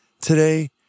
today